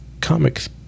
comics